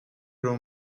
l’on